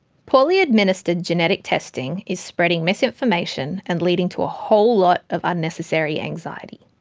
poorly administered genetic testing is spreading misinformation and leading to a whole lot of unnecessary anxiety.